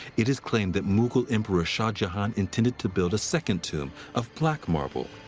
it is claimed that mughal emperor shah jahan intended to build a second tomb of black marble,